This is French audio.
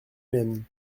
même